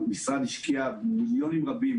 המשרד השקיע מיליוני רבים.